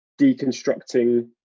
deconstructing